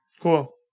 Cool